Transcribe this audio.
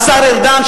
השר ארדן.